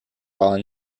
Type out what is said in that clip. while